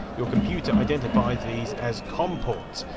your computer identifies these as com ports,